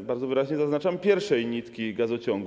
bardzo wyraźnie zaznaczam: pierwszej nitki gazociągu.